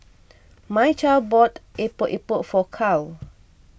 Mychal bought Epok Epok for Carl